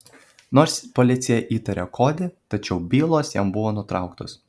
nors policija įtarė kodį tačiau bylos jam buvo nutrauktos